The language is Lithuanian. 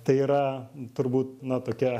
tai yra turbūt na tokia